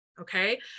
okay